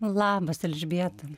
labas elžbieta